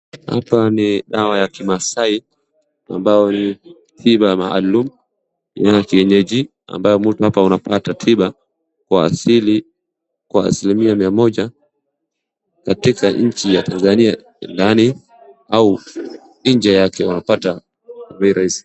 Hapa ni dawa ya kimaasai ambao ni tiba maalum dawa kienyeji ambao unapata tiba kwa asilimia mia moja katika nchi ya tanzania ndani au nje yake unapata bei raisi